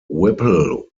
whipple